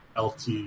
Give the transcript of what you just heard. LT